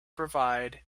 provide